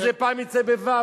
שזה פעם יצא בו',